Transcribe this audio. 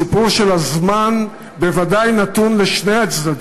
הסיפור של הזמן בוודאי נתון לשני הצדדים.